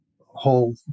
whole